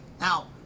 Now